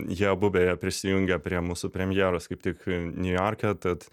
jie abu beje prisijungė prie mūsų premjeros kaip tik niujorke tad